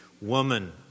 Woman